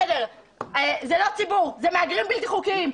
בסדר, זה לא ציבור זה מהגרים בלתי חוקיים.